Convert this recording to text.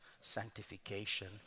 sanctification